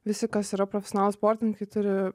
visi kas yra profesionalūs sportininkai turi